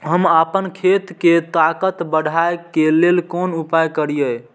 हम आपन खेत के ताकत बढ़ाय के लेल कोन उपाय करिए?